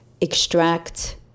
extract